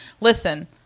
Listen